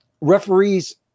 referees